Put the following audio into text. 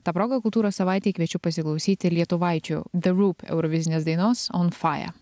ta proga kultūros savaitėj kviečiu pasiklausyti lietuvaičių the roop eurovizinės dainos on fire